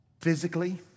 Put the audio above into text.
Physically